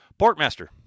Portmaster